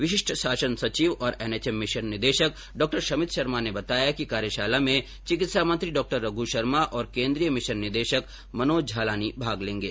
विशिष्ट शासन सचिव और एनएचएम मिशन निदेशक डॉ समित शर्मा ने बताया कि कार्यशाला में चिकित्सा मंत्री डॉ रघ् शर्मा और केन्द्रीय मिशन निदेशक मनोज झालानी भाग लेंगे